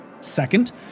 Second